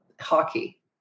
hockey